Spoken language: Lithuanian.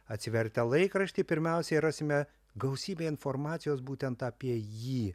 atsivertę laikraštį pirmiausiai rasime gausybę informacijos būtent apie jį